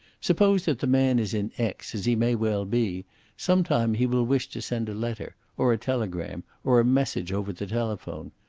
suppose that the man is in aix, as he may well be some time he will wish to send a letter, or a telegram, or a message over the telephone.